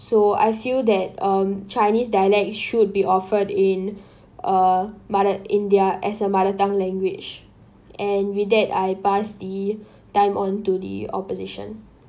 so I feel that um chinese dialects should be offered in uh mothe~ in their as a mother tongue language and with that I pass the time on to the opposition